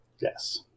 Yes